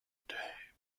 day